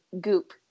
Goop